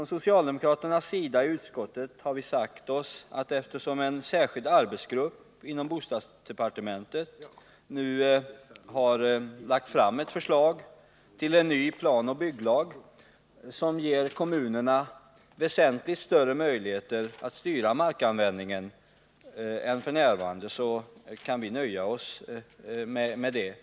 De socialdemokratiska ledamöterna i utskottet har ansett att eftersom en särskild arbetsgrupp inom bostadsdepartementet nu har lagt fram förslag till en ny planoch bygglag, som ger kommunerna väsentligt större möjligheter att styra markanvändningen än f. n., kan vi för dagen nöja oss med det.